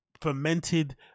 fermented